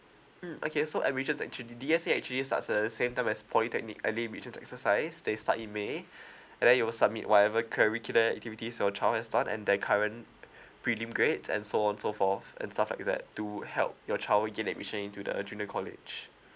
mm okay so at admission actually D_S_A actually starts uh the same time as polytechnic and admission exercise they start in may and then you will submit whatever curricular activities your choice start and their current prelim grade and so on so forth and stuff like that to help your child gain admission into the adjournment college